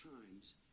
times